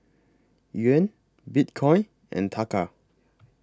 Yuan Bitcoin and Taka